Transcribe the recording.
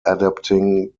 adapting